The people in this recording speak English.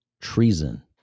treason